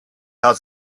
hat